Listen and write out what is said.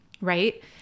Right